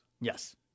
Yes